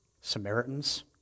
Samaritans